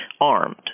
armed